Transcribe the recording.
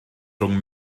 rhwng